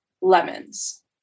Lemons